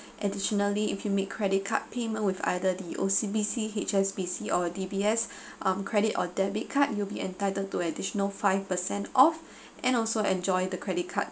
additionally if you make credit card payment with either the O_C_B_C H_S_B_C or D_B_S um credit or debit card you will be entitled to additional five percent off and also enjoy the credit card